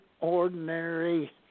ordinary